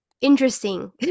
interesting